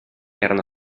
erano